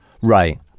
right